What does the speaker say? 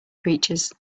creatures